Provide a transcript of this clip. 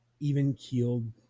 even-keeled